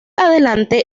adelante